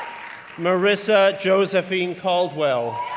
marissa josephine caldwell,